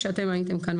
כשאתם הייתם כאן,